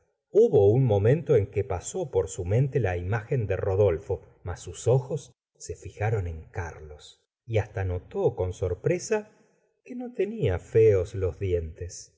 hubo un momento en que pasó por su mente la imagen de rodolfo mas sus ojos se fijaron en carlos y hasta notó con sorpresa que no tenia feos los dientes